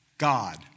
God